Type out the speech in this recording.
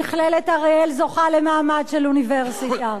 מכללת אריאל זוכה למעמד של אוניברסיטה.